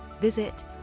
visit